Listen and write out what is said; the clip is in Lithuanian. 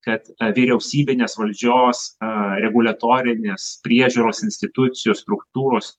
kad vyriausybinės valdžios reguliatorinės priežiūros institucijų struktūros